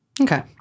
Okay